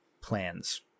plans